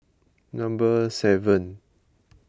number seven